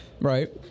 right